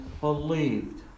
believed